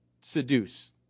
seduce